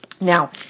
Now